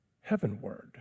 heavenward